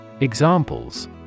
Examples